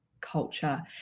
culture